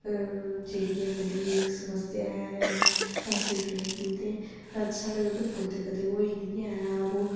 जेह्ड़ी ऐ बड़ी समस्या इक्क ऐ एसिड रेन दी ते साढ़े उधमपुर ते कदें होई निं ऐ कदें